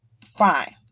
fine